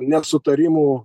net sutarimų